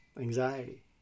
anxiety